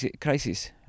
crisis